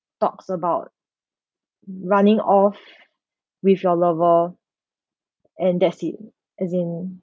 talks about running off with your lover and that's in as in